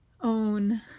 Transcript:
own